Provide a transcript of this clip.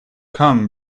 come